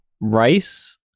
rice